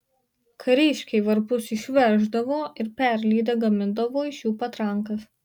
kariškiai varpus išveždavo ir perlydę gamindavo iš jų patrankas